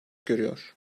görüyor